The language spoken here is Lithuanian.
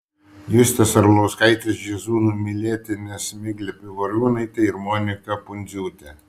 justės arlauskaitės jazzu numylėtinės miglė pivoriūnaitė ir monika pundziūtė